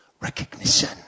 recognition